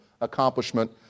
accomplishment